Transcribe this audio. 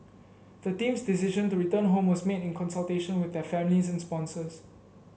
the team's decision to return home was made in consultation with their families and sponsors